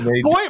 boy